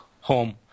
Home